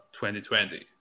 2020